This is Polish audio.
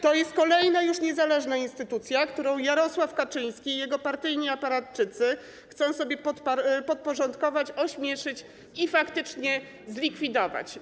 To jest kolejna już niezależna instytucja, którą Jarosław Kaczyński i jego partyjni aparatczycy chcą sobie podporządkować, ośmieszyć i faktycznie zlikwidować.